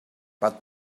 but